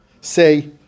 say